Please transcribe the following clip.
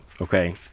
okay